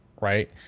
right